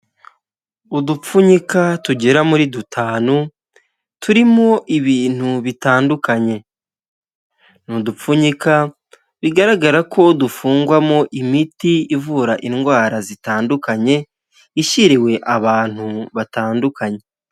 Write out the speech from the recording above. Udupfunyika tugera muri dutanu turimo ibintu bitandukanye, ni udupfunyika bigaragara ko dufungwamo imiti ivura indwara zitandukanye ishyiriwe abantu batandukanye.